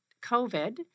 COVID